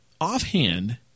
Offhand